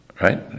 Right